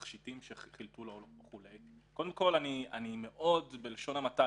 תכשיטים שחילקו לו אז קודם כול בלשון המעטה